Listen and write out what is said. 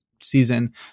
season